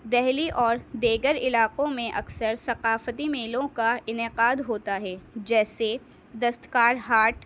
دہلی اور دیگر علاقوں میں اکثر ثقافتی میلوں کا انعقاد ہوتا ہے جیسے دستکار ہاٹ